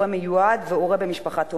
הורה מיועד והורה במשפחת אומנה: